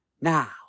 now